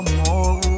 more